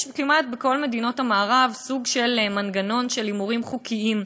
יש כמעט בכל מדינות המערב סוג של מנגנון של הימורים חוקיים.